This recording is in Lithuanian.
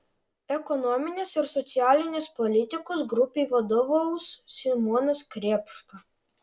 ekonominės ir socialinės politikos grupei vadovaus simonas krėpšta